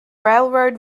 railroad